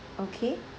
okay